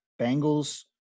Bengals